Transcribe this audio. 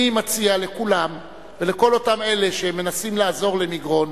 אני מציע לכולם ולכל אותם אלה שמנסים לעזור למגרון,